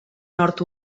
nord